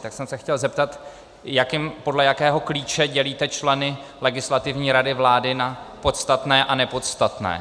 Tak jsem se chtěl zeptat, podle jakého klíče dělíte členy Legislativní rady vlády na podstatné a nepodstatné.